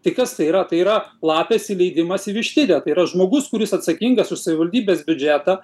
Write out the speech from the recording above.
tai kas tai yra tai yra lapės įleidimas į vištidę tai yra žmogus kuris atsakingas už savivaldybės biudžetą